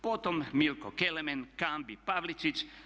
Potom Milko Kelemen, Cambi, Pavličić.